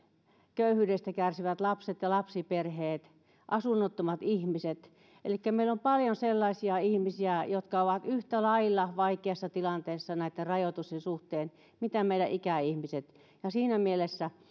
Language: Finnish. köyhyydestä kärsivät lapset ja lapsiperheet asunnottomat ihmiset elikkä meillä on paljon sellaisia ihmisiä jotka ovat yhtä lailla vaikeassa tilanteessa näitten rajoitusten suhteen kuin meidän ikäihmiset siinä mielessä